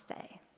say